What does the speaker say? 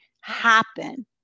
happen